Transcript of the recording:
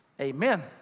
Amen